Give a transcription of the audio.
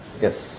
yes.